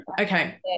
Okay